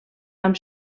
amb